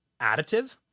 additive